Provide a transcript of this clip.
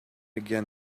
again